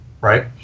right